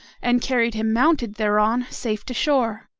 and carried him mounted thereon safe to shore.